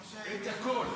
את הכול.